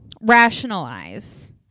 rationalize